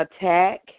attack